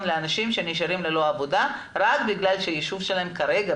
לאנשים שנשארים ללא עבודה רק בגלל שהיישוב שלהם כרגע,